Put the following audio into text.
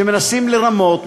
שמנסים לרמות,